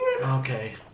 Okay